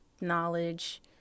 knowledge